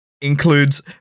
includes